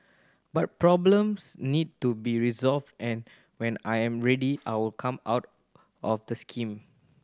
but problems need to be resolved and when I am ready I will come out of the scheme